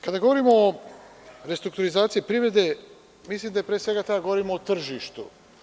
Kada govorimo o restrukturizaciji privrede, mislim da pre svega treba da govorimo o tržištu.